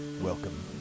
Welcome